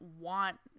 want